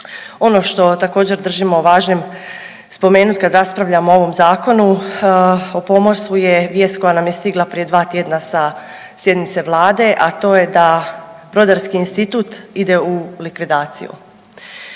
Ono što također držimo važnim spomenut kad raspravljamo o ovom zakonu o pomorstvu je vijest koja nam je stigla prije dva tjedna sa sjednice Vlade, a to je da Brodarski institut ide u likvidaciju.